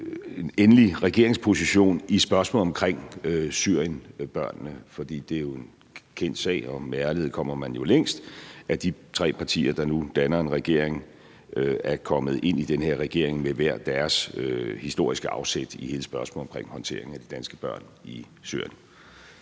en endelig regeringsposition i spørgsmålet om syriensbørnene. For det er en kendt sag – og med ærlighed kommer man jo længst – at de tre partier, der nu har dannet regering, er kommet ind i den her regering med hver deres historiske afsæt i hele spørgsmålet om håndteringen af de danske børn i Syrien.